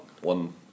one